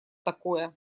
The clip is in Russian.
такое